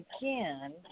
again